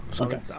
Okay